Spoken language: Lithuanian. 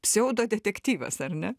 pseudodetektyvas ar ne